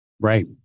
Right